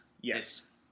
Yes